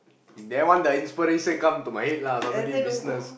that one the inspiration come to my head lah suddenly business